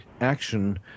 action